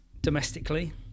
domestically